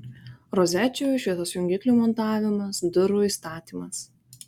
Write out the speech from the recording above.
rozečių šviesos jungiklių montavimas durų įstatymas